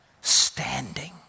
standing